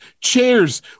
chairs